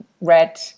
read